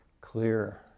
clear